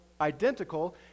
identical